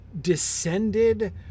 descended